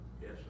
Yes